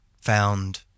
found